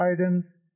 items